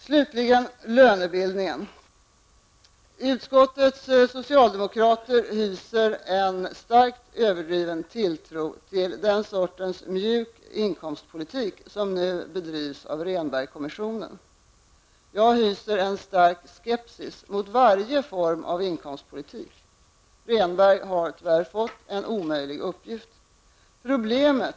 Slutligen lönebildningen: Utskottets socialdemokrater hyser en starkt överdriven tilltro till den sortens mjuk inkomstpolitik som nu bedrivs av Rehnberg-kommissionen. Jag hyser stor skepsis mot varje form av inkomstpolitik. Rehnberg har tyvärr fått en omöjlig uppgift.